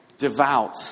Devout